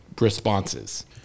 responses